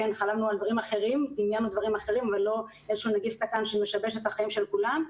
חלמנו על דברים אחרים ולא על איזשהו נגיף קטן שמשבש את החיים של כולם,